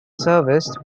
serviced